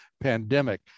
pandemic